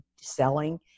selling